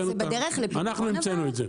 אנחנו המצאנו את זה.